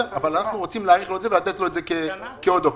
אבל אנחנו רוצים להאריך לו את זה ולתת לו את זה כעוד אופציה.